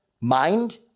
mind